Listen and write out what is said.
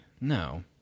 No